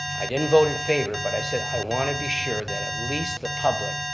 i didn't vote in favor, but i said i want to be sure that at least the public,